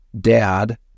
dad